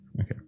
Okay